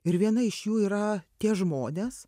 ir viena iš jų yra tie žmonės